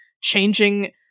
changing